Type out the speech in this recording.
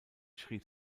schrieb